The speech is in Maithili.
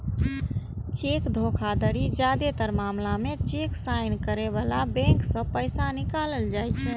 चेक धोखाधड़ीक जादेतर मामला मे चेक साइन करै बलाक बैंक सं पैसा निकालल जाइ छै